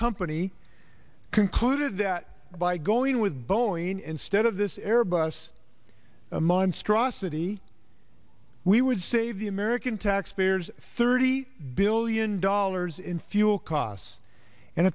company concluded that by going with boeing instead of this airbus a monstrosity we would save the american taxpayers thirty billion dollars in fuel costs and